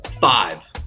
five